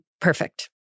perfect